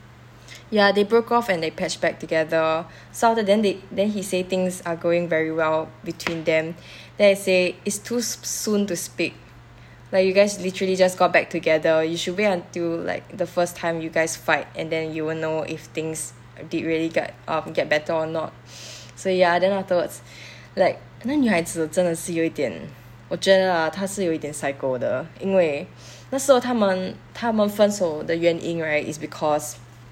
ya they broke off and they patch back together sou~ the~ then they then he say things are going very well between them then I say is too s~ soon to speak like you guys literally just got back together you should wait until like the first time you guys fight and then you will know if things did really get um get better or not so ya then afterwards like 那女孩子真的是有一点我觉得 lah 她是有一点 psycho 的因为那时候他们他们分手的原因 right is because